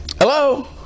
Hello